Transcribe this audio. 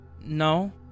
No